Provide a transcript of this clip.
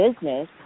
business